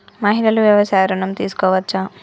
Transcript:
మహిళలు వ్యవసాయ ఋణం తీసుకోవచ్చా?